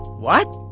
what?